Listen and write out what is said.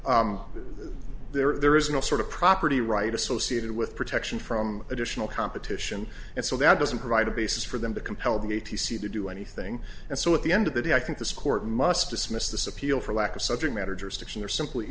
also there is no sort of property right associated with protection from additional competition and so that doesn't provide a basis for them to compelled me to see to do anything and so at the end of the day i think this court must dismiss this appeal for lack of subject matter jurisdiction there simply